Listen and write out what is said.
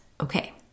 okay